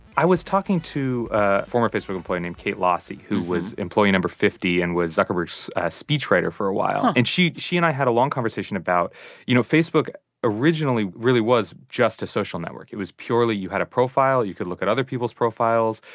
i was talking to a former facebook employee named kate losse who was employee number fifty and was zuckerberg's speechwriter for a while. and she she and i had a long conversation about you know, facebook originally really was just a social network. it was purely you had a profile, you could look at other people's profiles.